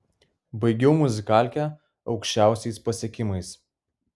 baigiau muzikalkę aukščiausiais pasiekimais